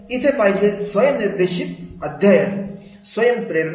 इथे पाहिजे स्वयं निर्देशित अध्ययन स्वयंप्रेरणा